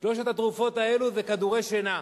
שלוש התרופות האלה זה כדורי שינה.